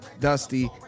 Dusty